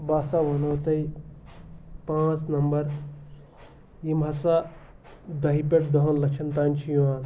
بہٕ ہَسا وَنو تۄہہِ پانٛژھ نمبر یِم ہَسا دَہہِ پٮ۪ٹھ دَہَن لَچھَن تانۍ چھِ یِوان